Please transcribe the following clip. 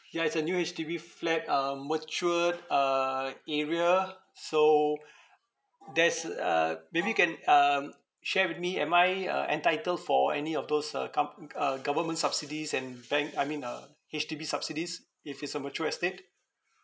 ya it's a new H_D_B f~ flat um matured uh area so there's a maybe you can um share with me am I uh entitled for any of those uh comp~ uh government subsidies and bank I mean uh H_D_B subsidies if it's a mature estate